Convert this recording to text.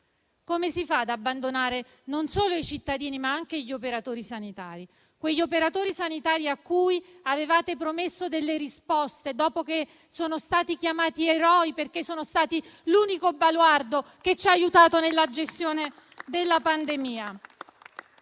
come si fa ad abbandonare non solo i cittadini, ma anche gli operatori sanitari, quegli operatori sanitari a cui avevate promesso delle risposte dopo che sono stati chiamati eroi perché sono stati l'unico baluardo che ci ha aiutato nella gestione della pandemia.